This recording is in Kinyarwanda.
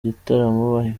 gitaramo